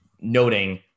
noting